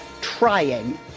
trying